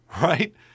Right